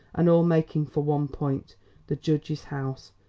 and all making for one point the judge's house!